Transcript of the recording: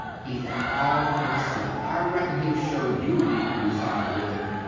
he's got all the rest left. i reckon he'll show you he can do somethin' with them.